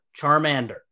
Charmander